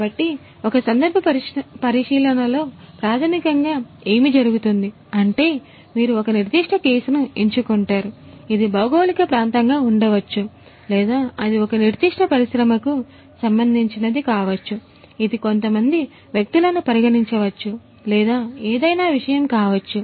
కాబట్టి ఒక సందర్భ పరిశీలనలో ప్రాథమికంగా ఏమి జరుగుతుంది అంటే మీరు ఒక నిర్దిష్ట కేసును ఎంచుకుంటారు ఇది భౌగోళిక ప్రాంతంగా ఉండవచ్చు లేదా అది ఒక నిర్దిష్ట పరిశ్రమకు సంబంధించినది కావచ్చు ఇది కొంతమంది వ్యక్తులను పరిగణించవచ్చు లేదా ఏదైనా విషయం కావచ్చు